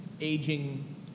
aging